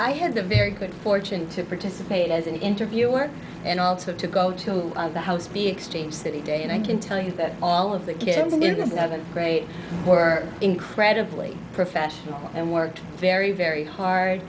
i had a very good fortune to participate as an interviewer and also to go to the house be exchange city day and i can tell you that all of the campaign did a great or incredibly professional and worked very very hard